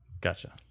Gotcha